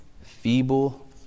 feeble